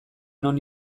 non